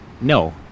No